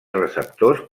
receptors